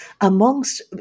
amongst